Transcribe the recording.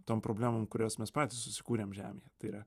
tom problemom kurias mes patys susikūrėm žemėje tai yra